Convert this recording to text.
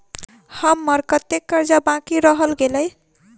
हम्मर कत्तेक कर्जा बाकी रहल गेलइ?